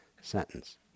sentence